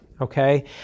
Okay